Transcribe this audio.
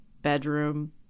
bedroom